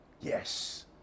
yes